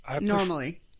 normally